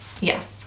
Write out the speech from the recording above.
Yes